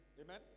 Amen